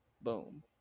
Boom